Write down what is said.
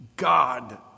God